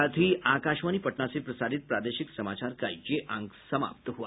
इसके साथ ही आकाशवाणी पटना से प्रसारित प्रादेशिक समाचार का ये अंक समाप्त हुआ